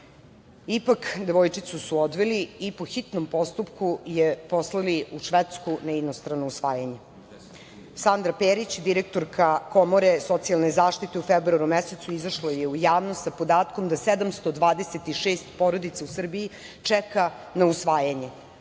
devojčicu su odveli i po hitnom postupku je poslali u Švedsku na inostrano usvajanje. Sandra Perić, direktorka Komore socijalne zaštite u februaru mesecu izašla je u javnost sa podatkom da 726 porodica u Srbiji čeka na usvajanje.